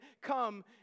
come